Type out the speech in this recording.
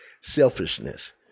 selfishness